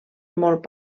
molt